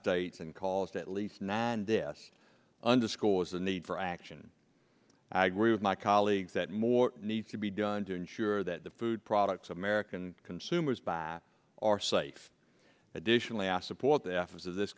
states and calls at least now and this underscores the need for action i agree with my colleagues that more needs to be done to ensure that the food products american consumers buy are safe additionally i support the efforts of this